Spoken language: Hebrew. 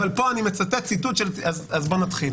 אבל פה אני מצטט ציטוט של אז בואו נתחיל.